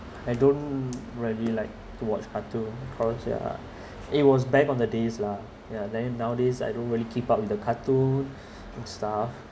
I don't really like to watch cartoon cause ya it was back on the days lah ya then nowadays I don't really keep up with the cartoon and stuff